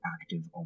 active